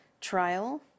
trial